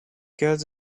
guards